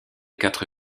quatre